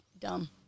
dumb